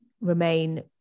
remain